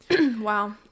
Wow